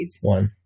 One